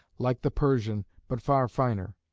like the persian, but far finer.